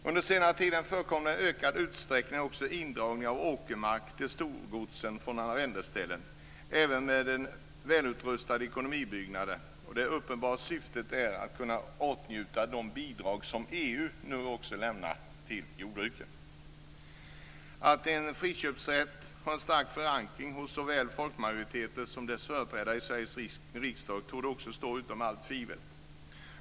Under den senare tiden har i ökad utsträckning också förekommit indragning av åkermark, även med välutrustade ekonomibyggnader, till storgodsen från arrendeställen. Syftet är uppenbarligen att kunna åtnjuta de bidrag som EU nu lämnar till jordbruken. Att en friköpsrätt har en stark förankring hos såväl folkmajoriteten som dess företrädare i Sveriges riksdag torde också stå utom allt tvivel.